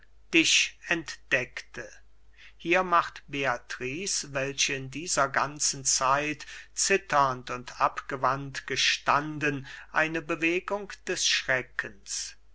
sich entdeckte hier macht beatrice welche in dieser ganzen zeit zitternd und abgewandt gestanden eine bewegung des schreckens